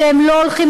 שהם לא הולכים,